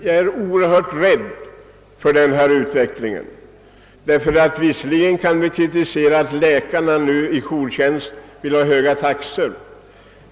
Jag är oerhört rädd för en sådan utveckling. Vi kritiserar läkarna för att de vid jourtjänst begär höga arvoden.